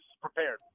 prepared